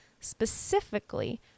Specifically